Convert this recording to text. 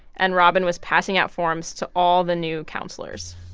and robyn was passing out forms to all the new counselors